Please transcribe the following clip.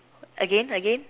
again again